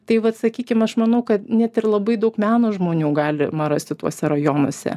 tai vat sakykim aš manau kad net ir labai daug meno žmonių galima rasti tuose rajonuose